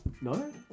No